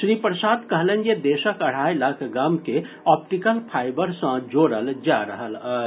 श्री प्रसाद कहलनि जे देशक अढाई लाख गाम के ऑप्टिकल फाइबर सॅ जोड़ल जा रहल अछि